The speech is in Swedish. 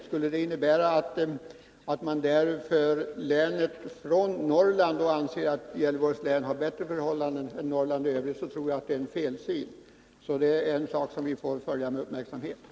Skulle detta innebära att man i det här sammanhanget inte räknar länet till Norrland utan anser att länet har bättre förhållanden än Norrland i övrigt, tror jag det är fråga om en fel syn. Detta är någonting som vi får ha vår uppmärksamhet riktad på.